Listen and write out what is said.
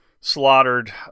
slaughtered